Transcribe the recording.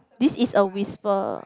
this is a whisper